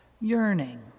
yearning